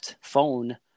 phone